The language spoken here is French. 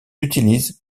utilisent